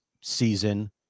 season